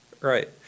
Right